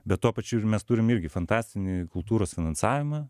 bet tuo pačiu ir mes turim irgi fantastinį kultūros finansavimą